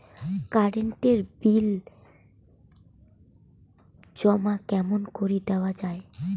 Current এর bill জমা কেমন করি দেওয়া যায়?